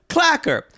Clacker